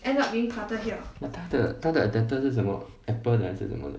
那他的他的 adapter 是什么 apple 的还是什么的